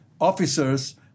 officers